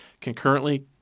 Concurrently